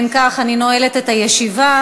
אם כך, אני נועלת את הישיבה.